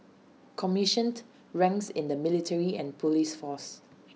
commissioned ranks in the military and Police force